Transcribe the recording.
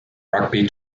rugby